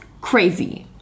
crazy